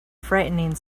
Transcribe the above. frightening